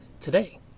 today